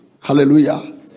Hallelujah